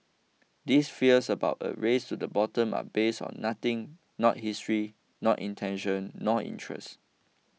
these fears about a race to the bottom are based on nothing not history not intention nor interest